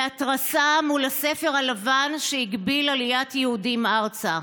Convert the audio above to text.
בהתרסה מול הספר הלבן, שהגביל עליית יהודים ארצה.